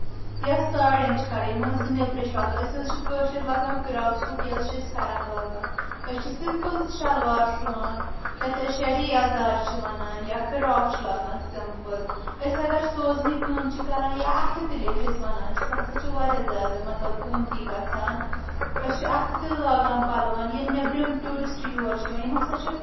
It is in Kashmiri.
یا ساڈیٚن چھٕ کرن یِم حظ زَن نیٚبرٕ چھِ لاگان أسۍ حظ چھٕ کٲشِر لاگان فِراق سوٗٹ یا چھٕ أسۍ پھیٚرن لاگان أسۍ چھِ سِمپٔل شَلوار سُوان یَتھ أسۍ شرعی یَزار چھٕ وَنان یَتھ فِراق چھٕ لاگان سَمپٔل أسۍ اَگر سوزنہِ کٲم چھِ کران یا اَتھٕ تِلہٕ یِتھ أسۍ وَنان چھِ سُہ ہسا چھ واریاہ زیادٕ مطلب قُۭمتی گژھان أسۍ چھِ اَتھٕ تِلہٕ لاگان پَلون ییٚلہِ نیٚبٔرِم ٹوٗرِسٹ چھُ یور چھُ یِوان یِم ہسا چھِ